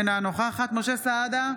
אינה נוכחת משה סעדה,